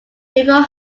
before